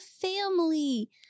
family